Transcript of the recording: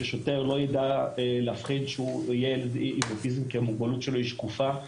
ששוטר לא ידע להבחין שהוא ילד עם אוטיזם כי המוגבלות שלו היא שקופה.